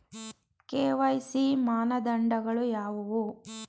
KYC ಮಾನದಂಡಗಳು ಯಾವುವು?